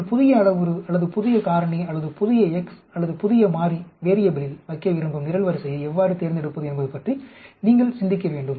உங்கள் புதிய அளவுரு அல்லது புதிய காரணி அல்லது புதிய x அல்லது புதிய மாறியில் வைக்க விரும்பும் நிரல்வரிசையை எவ்வாறு தேர்ந்தெடுப்பது என்பது பற்றி நீங்கள் சிந்திக்க வேண்டும்